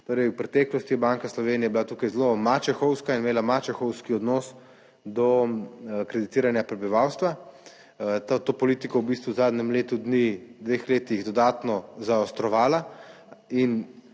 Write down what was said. Torej v preteklosti je Banka Slovenije bila tukaj zelo mačehovska in imela mačehovski odnos do kreditiranja prebivalstva. To politiko v bistvu v zadnjem letu dni, dveh letih dodatno zaostrovala in